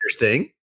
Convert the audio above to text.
interesting